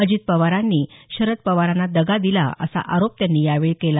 अजित पवारांनी शरद पवारांना दगा दिला असा आरोप त्यांनी यावेळी लगावला